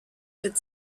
could